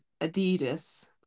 Adidas